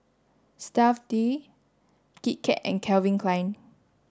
Stuff'd Kit Kat and Calvin Klein